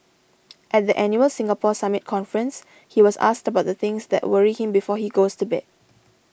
at the annual Singapore Summit conference he was asked about the things that worry him before he goes to bed